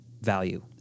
value